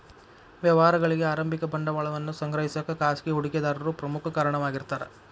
ವ್ಯವಹಾರಗಳಿಗಿ ಆರಂಭಿಕ ಬಂಡವಾಳವನ್ನ ಸಂಗ್ರಹಿಸಕ ಖಾಸಗಿ ಹೂಡಿಕೆದಾರರು ಪ್ರಮುಖ ಕಾರಣವಾಗಿರ್ತಾರ